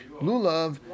Lulav